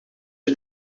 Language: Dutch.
het